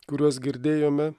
kuriuos girdėjome